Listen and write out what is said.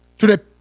Today